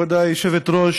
כבוד היושבת-ראש,